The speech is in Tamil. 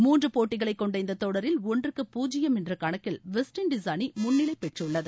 மூன்று போட்டிகளைக் கொண்ட இந்த தொடரில் ஒன்றுக்கு பூஜ்யம் என்ற கணக்கில் வெஸ்ட்இண்டீஸ் அணி முன்னிலை பெற்றுள்ளது